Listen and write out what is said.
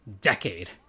decade